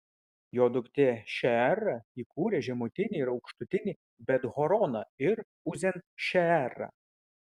jo duktė šeera įkūrė žemutinį ir aukštutinį bet horoną ir uzen šeerą